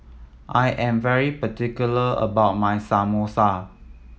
I am very particular about my Samosa